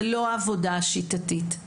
זה לא עבודה שיטתית,